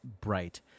bright